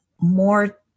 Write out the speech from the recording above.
more